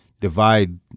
divide